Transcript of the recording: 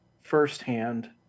firsthand